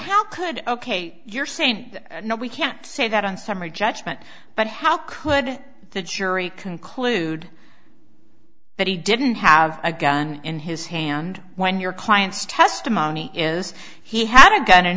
how could i ok you're saying no we can't say that on summary judgment but how could the jury conclude but he didn't have a gun in his hand when your client's testimony is he had a gun in